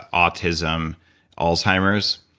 autism alzheimer's,